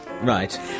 Right